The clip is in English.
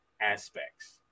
aspects